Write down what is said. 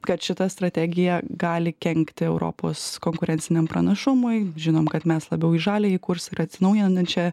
kad šita strategija gali kenkti europos konkurenciniam pranašumui žinom kad mes labiau į žaliąjį kursą ir atsinaujinančią